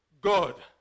God